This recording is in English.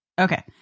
okay